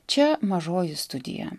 čia mažoji studija